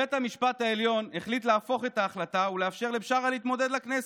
בית המשפט העליון החליט להפוך את ההחלטה ולאפשר לבשארה להתמודד לכנסת.